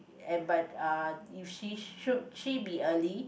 but uh if she should she be early